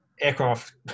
aircraft